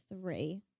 three